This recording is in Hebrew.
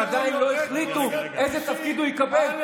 שעדיין לא החליטו איזה תפקיד הוא יקבל.